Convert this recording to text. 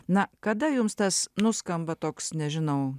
na kada jums tas nuskamba toks nežinau